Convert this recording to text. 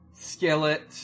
Skillet